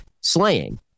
slaying